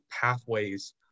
pathways